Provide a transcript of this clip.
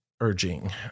urging